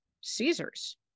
Caesar's